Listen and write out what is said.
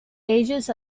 aegis